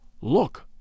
Look